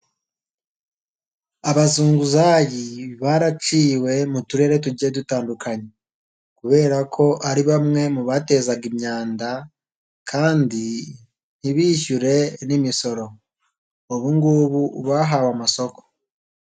Abazunguzayi baraciwe mu turere tugiye dutandukanye kubera ko ari bamwe mu batezaga imyanda kandi ntibishyure n'imisoro. Ubungubu bahawe amasoko.